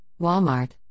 Walmart